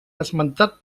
esmentat